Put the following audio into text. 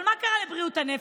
אבל מה קרה לבריאות הנפש?